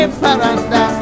paranda